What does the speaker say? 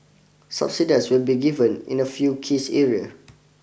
subsidise will be given in a few kiss area